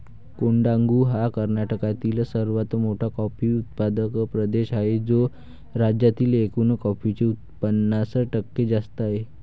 कोडागु हा कर्नाटकातील सर्वात मोठा कॉफी उत्पादक प्रदेश आहे, जो राज्यातील एकूण कॉफीचे पन्नास टक्के जास्त आहे